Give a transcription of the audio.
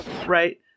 Right